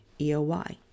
EOY